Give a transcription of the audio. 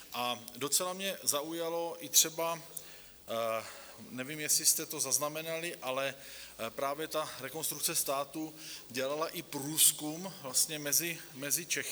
A docela mě zaujalo i třeba, nevím, jestli jste to zaznamenali, ale právě ta Rekonstrukce státu dělala i průzkum mezi Čechy.